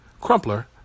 Crumpler